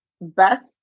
best